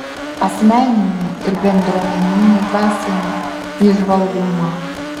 asmeninį ir bendruomeninį dvasinį įžvalgumą